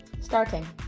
Starting